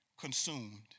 consumed